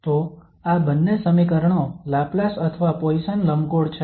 તો આ બંને સમીકરણો લાપ્લાસ અથવા પોઇસન લંબગોળ છે